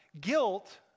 guilt